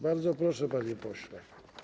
Bardzo proszę, panie pośle.